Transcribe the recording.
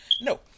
No